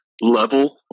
level